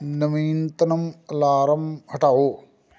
ਨਵੀਨਤਮ ਅਲਾਰਮ ਹਟਾਓ